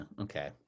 okay